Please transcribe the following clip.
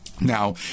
Now